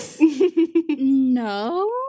no